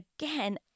again